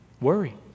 Worry